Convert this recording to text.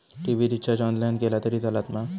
TV recharge online केला तरी चलात मा?